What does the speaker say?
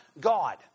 God